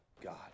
God